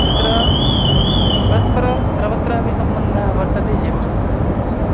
तत्र परस्परं सर्वत्रापि सम्बन्धः वर्तते एव